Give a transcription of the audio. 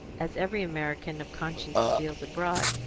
as every american of conscience feels abroad,